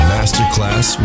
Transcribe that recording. Masterclass